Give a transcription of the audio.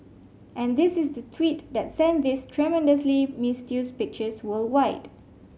and this is the tweet that sent these tremendously misused pictures worldwide